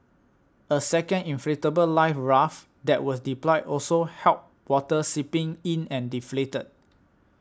a second inflatable life raft that was deployed also help water seeping in and deflated